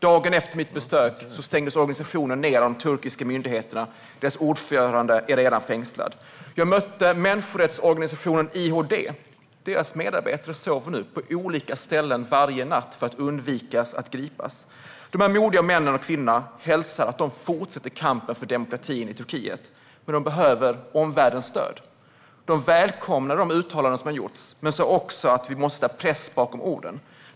Dagen efter mitt besök stängdes organisationen ned av de turkiska myndigheterna, och deras ordförande är redan fängslad. Jag mötte människorättsorganisationen IHD. Deras medarbetare sover nu på olika ställen varje natt för att undvika att gripas. Dessa modiga män och kvinnor hälsar att de fortsätter kampen för demokrati i Turkiet men att de behöver omvärldens stöd. De välkomnar de uttalanden som har gjorts men sa också att vi måste sätta press bakom orden.